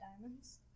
diamonds